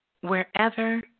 wherever